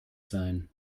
sein